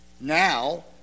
Now